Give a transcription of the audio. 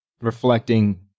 reflecting